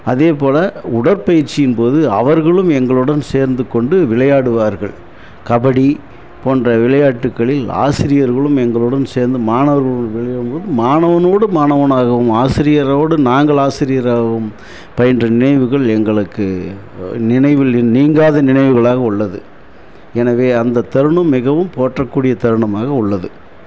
அதேப்போல உடற்பயிற்சியின் போது அவர்களும் எங்களுடன் சேர்ந்து கொண்டு விளையாடுவார்கள் கபடி போன்ற விளையாட்டுகளில் ஆசிரியர்களும் எங்களுடன் சேர்ந்து மாணவர்களும் மாணவனோடு மாணவனாகவும் ஆரியர்களோடு நாங்கள் ஆசிரியர்களாகவும் பயின்ற நினைவுகள் எங்களுக்கு நினைவில் நீங்காத நினைவுகளாக உள்ளது எனவே அந்தத் தருணம் மிகவும் போற்றக்கூடிய தருணமாக உள்ளது